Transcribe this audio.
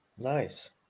Nice